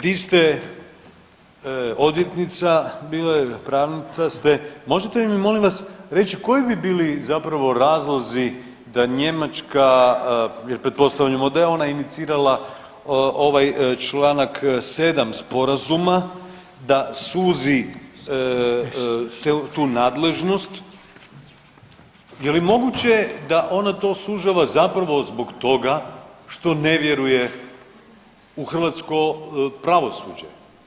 Vi ste odvjetnica, pravnica ste, možete li mi molim vas reći koji bi bili zapravo razlozi da Njemačka jer pretpostavljamo da je ona inicirala ovaj čl. 7. sporazuma da suzi tu nadležnost, je li moguće da ona to sužava zapravo zbog toga što ne vjeruje u hrvatsko pravosuđe?